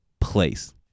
place